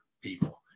people